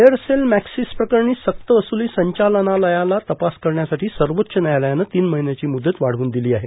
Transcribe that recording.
Aircel Maxis प्रकरणी सक्तवसूली संचालनालयाला तपास करण्यासाठी सर्वोच्च न्यायालयानं तीन महिन्यांची मुदत वाढवून दिली आहे